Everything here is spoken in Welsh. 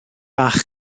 bach